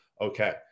okay